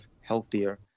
healthier